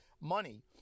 money